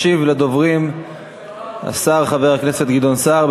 ישיב לדוברים השר חבר הכנסת גדעון סער.